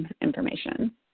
information